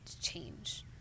change